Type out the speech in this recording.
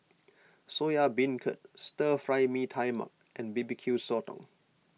Soya Beancurd Stir Fry Mee Tai Mak and B B Q Sotong